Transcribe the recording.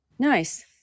Nice